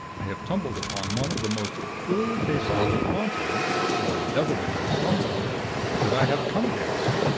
i have tumbled upon one of the most peculiar cases of haunting' or devilment of some sort that i have come against.